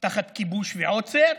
תחת כיבוש ועוצר,